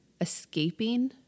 escaping